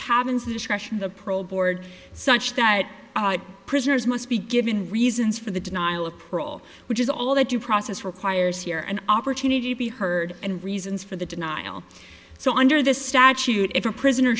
cabins the discretion the prole board such that prisoners must be given reasons for the denial of parole which is all that due process requires here and opportunity to be heard and reasons for the denial so under this statute if a prisoner